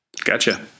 Gotcha